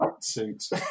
suits